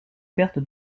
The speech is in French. perte